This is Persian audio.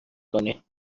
کنی